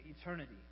eternity